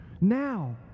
now